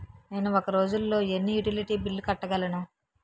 నేను ఒక రోజుల్లో ఎన్ని యుటిలిటీ బిల్లు కట్టగలను?